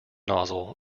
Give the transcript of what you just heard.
nozzle